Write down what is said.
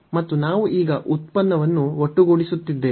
ಮತ್ತು ನಾವು ಈಗ ಈ ಉತ್ಪನ್ನವನ್ನು ಒಟ್ಟುಗೂಡಿಸುತ್ತಿದ್ದೇವೆ